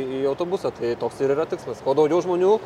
į autobusą tai toks ir yra tikslas kuo daugiau žmonių